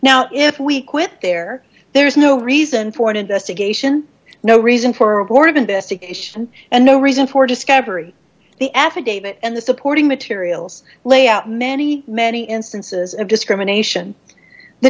now if we quit there there is no reason for an investigation no reason for a board of investigation and no reason for discovery the affidavit and the supporting materials lay out many many instances of discrimination the